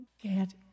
Get